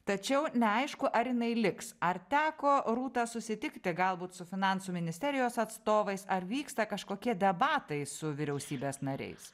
tačiau neaišku ar jinai liks ar teko rūta susitikti galbūt su finansų ministerijos atstovais ar vyksta kažkokie debatai su vyriausybės nariais